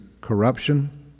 corruption